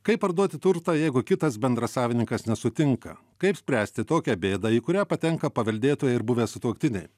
kaip parduoti turtą jeigu kitas bendrasavininkas nesutinka kaip spręsti tokią bėdą į kurią patenka paveldėtojai ir buvę sutuoktiniai